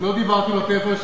לא דיברתי בטלפון.